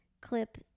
clip